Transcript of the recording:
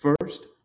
First